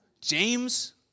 James